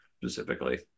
specifically